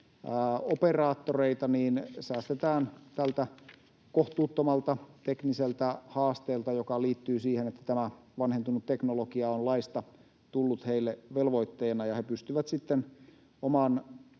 operaattoreita säästetään tältä kohtuuttomalta tekniseltä haasteelta, joka liittyy siihen, että tämä vanhentunut teknologia on laista tullut heille velvoitteena, ja he pystyvät sitten oman